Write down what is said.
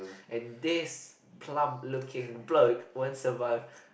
and this plump looking bloke won't survive